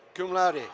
cum laude.